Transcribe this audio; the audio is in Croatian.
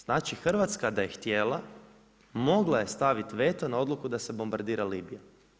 Znači Hrvatska da je htjela, mogla je staviti veto na odluku da se bombadira Libija.